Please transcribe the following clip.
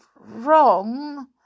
wrong